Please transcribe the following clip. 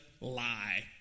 lie